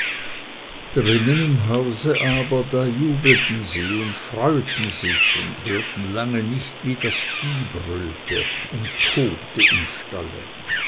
drinnen im hause aber da jubelten sie und freuten sich und hörten lange nicht wie das vieh brüllte und tobte im stalle